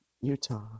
Utah